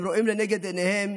הם רואים לנגד עיניהם